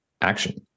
action